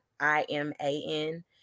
I-M-A-N